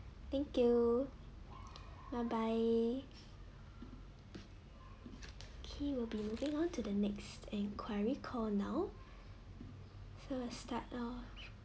thank you bye bye okay we'll be moving on to the next enquiry call now so I start now